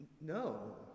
no